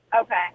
Okay